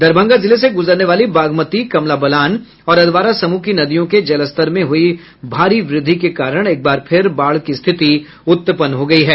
दरभंगा जिले से गुजरने वाली बागमती कमला बलान और अधवारा समूह की नदियों के जलस्तर में हुई भारी वृद्धि के कारण एक बार फिर बाढ़ की स्थिति उत्पन्न हो गयी है